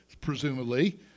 presumably